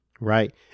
Right